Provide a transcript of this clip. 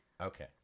Okay